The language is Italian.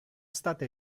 state